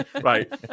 Right